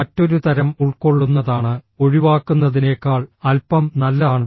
മറ്റൊരു തരം ഉൾക്കൊള്ളുന്നതാണ് ഒഴിവാക്കുന്നതിനേക്കാൾ അൽപ്പം നല്ലതാണ്